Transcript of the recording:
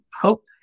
hope